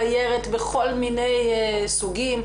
תיירת מכל מיני סוגים,